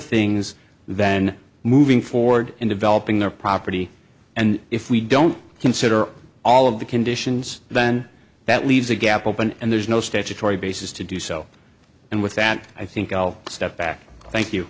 things then moving forward in developing their property and if we don't consider all of the conditions then that leaves a gap open and there's no statutory basis to do so and with that i think i'll step back thank you